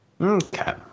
Okay